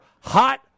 hot